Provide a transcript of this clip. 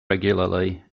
regularly